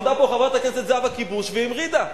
עמדה פה חברת הכנסת זהבה כיבוש והמרידה.